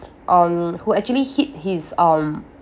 um who actually hit his um